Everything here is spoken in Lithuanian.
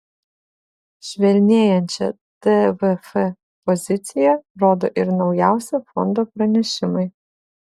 švelnėjančią tvf poziciją rodo ir naujausi fondo pranešimai